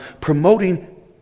promoting